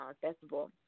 festival